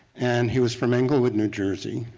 and he was from englewood, new jersey,